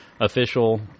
official –